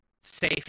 safe